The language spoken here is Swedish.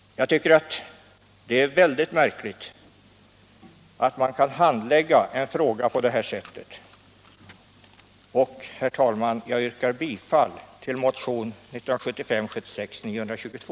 Jag tycker det är väldigt märkligt att man kan handlägga en fråga på det här sättet. Herr talman! Jag yrkar bifall till motionen 1975/76:922.